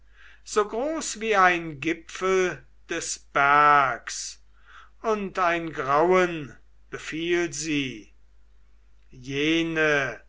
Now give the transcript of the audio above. so groß wie ein gipfel des bergs und ein grauen befiel sie jene